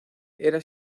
era